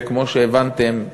וכמו שהבנתם,